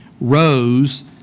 rose